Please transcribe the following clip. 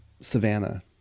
savannah